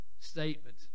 statement